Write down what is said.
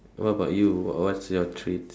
what about you what what's your treats